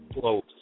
close